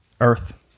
earth